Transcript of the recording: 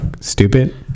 stupid